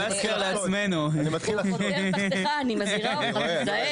זה אומר